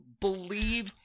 believe